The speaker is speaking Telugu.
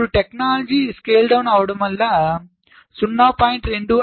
ఇప్పుడు టెక్నాలజీ స్కేల్ డౌన్ అవ్వడం వల్ల 0